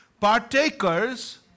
partakers